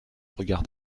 regard